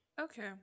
okay